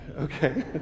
Okay